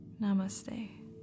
Namaste